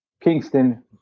Kingston